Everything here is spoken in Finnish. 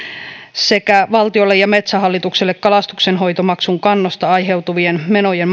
sekä valtiolle ja metsähallitukselle kalastuksenhoitomaksun kannosta aiheutuvien menojen